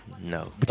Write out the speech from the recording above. no